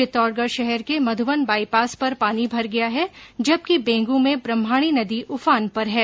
चित्तौडगढ़ शहर के मध्रवन बाईपास पर पानी भर गया है जबकि बेगू में ब्राह्मणी नदी उफान पर है